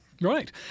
Right